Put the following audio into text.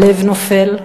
הלב נופל.